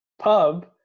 pub